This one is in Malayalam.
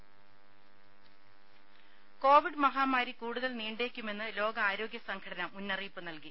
രുദ കോവിഡ് മഹാമാരി കൂടുതൽ നീണ്ടേക്കുമെന്ന് ലോകാരോഗ്യ സംഘടന മുന്നറിയിപ്പ് നൽകി